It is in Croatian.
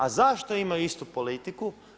A zašto imaju istu politiku?